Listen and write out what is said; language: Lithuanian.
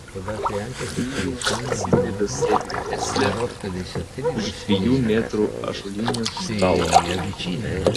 milžinas atsidrėbęs sėdi krėsle už dviejų metrų ąžuolinio stalo